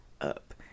up